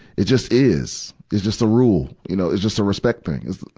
it just is. it's just a rule. you know, it's just a respect thing. it's,